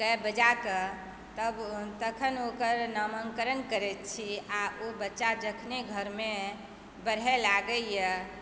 केँ बजाकऽ तब तखन ओकर नामाङ्करण करैत छी आओर ओ बच्चा जखन घरमे बढ़ै लागैए